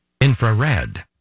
Infrared